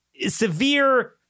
Severe